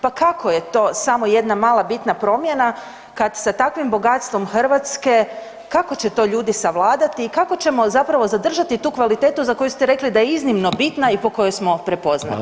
Pa kako je to samo jedna mala bitna promjena kad sa takvim bogatstvom Hrvatske, kako će to ljudi savladati i kako ćemo zapravo zadržati tu kvalitetu za koju ste rekli da je iznimno bitna i po kojoj smo prepoznati?